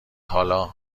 حالا